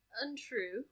untrue